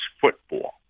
football